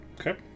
Okay